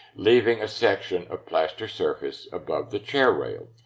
leaving a section of plaster surface above the chair rail,